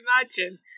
imagine